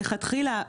מלכתחילה,